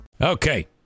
Okay